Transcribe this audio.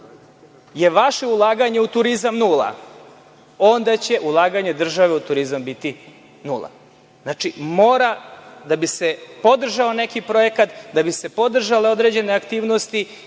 je vaše ulaganje u turizam nula, onda će ulaganje države u turizam biti nula“. Znači, da bi se podržao neki projekat, da bi se podržale određene aktivnosti